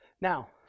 Now